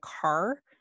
car